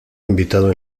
invitado